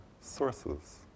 sources